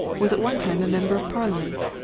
was at one time a member of parliament.